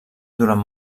durant